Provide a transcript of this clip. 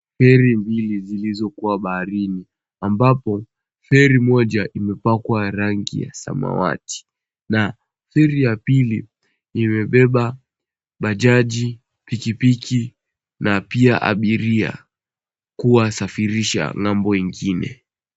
Feri mbili zilizokuwa baharini ambapo feri moja imepakwa rangi ya samawati na feri ya pili imebeba bajaji, pikipiki na pia abiria kuwasafirisha ng'ambo ingine.